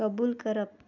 कबूल करप